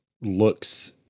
looks